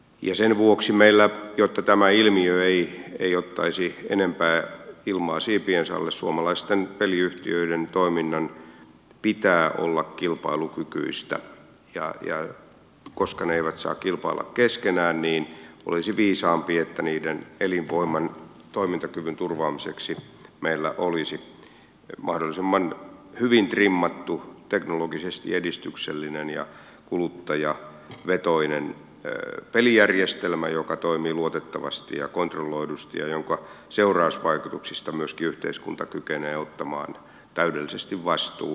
ja sen vuoksi meillä jotta tämä ilmiö ei ottaisi enempää ilmaa siipiensä alle suomalaisten peliyhtiöiden toiminnan pitää olla kilpailukykyistä ja koska ne eivät saa kilpailla keskenään niin olisi viisaampi että niiden elinvoiman toimintakyvyn turvaamiseksi meillä olisi mahdollisimman hyvin trimmattu teknologisesti edistyksellinen ja kuluttajavetoinen pelijärjestelmä joka toimii luotettavasti ja kontrolloidusti ja jonka seurausvaikutuksista myöskin yhteiskunta kykenee ottamaan täydellisesti vastuun